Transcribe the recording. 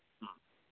ꯎꯝ